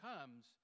comes